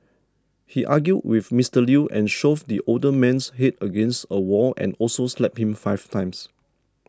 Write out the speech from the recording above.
he argued with Mister Lew and shoved the older man's head against a wall and also slapped him five times